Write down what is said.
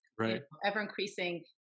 ever-increasing